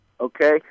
Okay